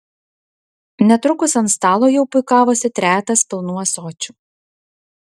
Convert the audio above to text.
netrukus ant stalo jau puikavosi trejetas pilnų ąsočių